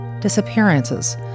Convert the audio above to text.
disappearances